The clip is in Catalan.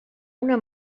una